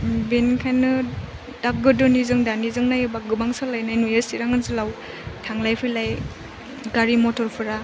बेनिखायनो दा गोदोनिजों दानिजों नायोबा गोबां सोलायनाय नुयो चिरां ओनसोलाव थांलाय फैलाय गारि मटरफोरा